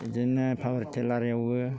बिदिनो पावार टिलार एवो